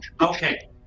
Okay